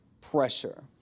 pressure